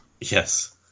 Yes